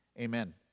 Amen